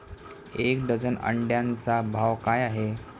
एक डझन अंड्यांचा भाव काय आहे?